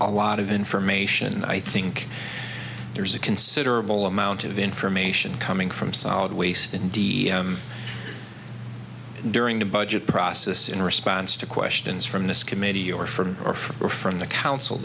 a lot of information and i think there's a considerable amount of information coming from solid waste indeed during the budget process in response to questions from this committee or from or from or from the council